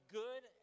good